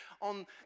on